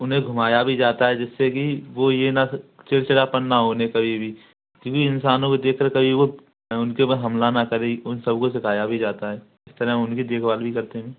उन्हें घुमाया भी जाता है जिससे कि वो यह ना फिर चिड़चिड़ापन ना होने कभी भी क्योंकि इंसानों के देख रेख कहीं वो उनके ऊपर हमला न करें उस सबको सिखाया भी जाता है इस तरह हम उनकी देखभाल भी करते हैं